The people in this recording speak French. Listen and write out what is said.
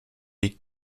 les